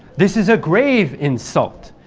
this is a grave insult.